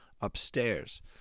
upstairs